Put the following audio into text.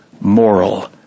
moral